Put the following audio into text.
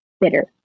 bitter